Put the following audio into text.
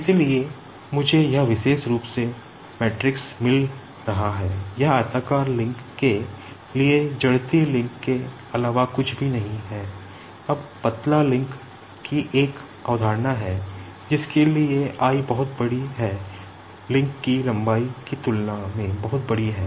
इसलिए मुझे यह विशेष रूप से मैट्रिक्स की एक अवधारणा है जिसके लिए l बहुत बड़ी है लिंक की लंबाई की तुलना में बहुत बड़ी है